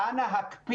אז אנא הקפיאו.